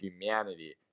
humanity